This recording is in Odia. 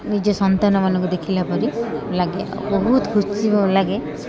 ନିଜ ସନ୍ତାନମାନଙ୍କୁ ଦେଖିଲା ପରି ଲାଗେ ଆଉ ବହୁତ ଖୁସି ଲାଗେ